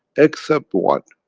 except one.